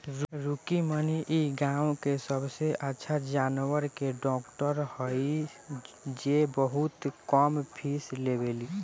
रुक्मिणी इ गाँव के सबसे अच्छा जानवर के डॉक्टर हई जे बहुत कम फीस लेवेली